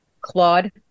claude